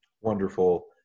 Wonderful